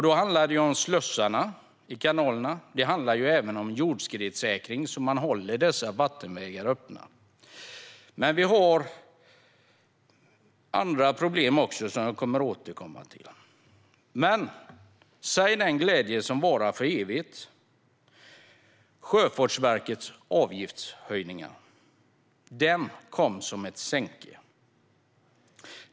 Det handlar om slussarna i kanalerna och även om jordskredssäkring, så att man håller vattenvägarna öppna. Vi har också andra problem som vi kommer att återkomma till. Men säg den glädje som varar för evigt. Sjöfartsverkets avgiftshöjningar kom som ett sänke.